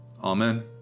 Amen